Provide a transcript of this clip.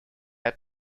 are